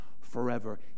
forever